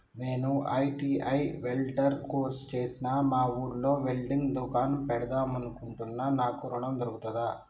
నేను ITI welder course చేశ్న మా ఊర్లో వెల్డింగ్ దుకాన్ పెడదాం అనుకుంటున్నా నాకు ఋణం దొర్కుతదా?